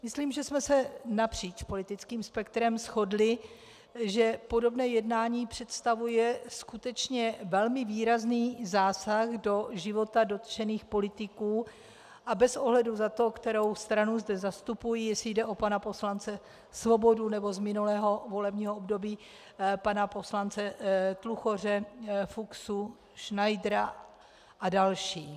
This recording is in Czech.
Myslím, že jsme se napříč politickým spektrem shodli, že podobné jednání představuje skutečně velmi výrazný zásah do života dotčených politiků a bez ohledu na to, kterou stranu zde zastupují, jestli jde o pana poslance Svobodu nebo z minulého volebního období pana poslance Tluchoře, Fuchsu, Šnajdra a další.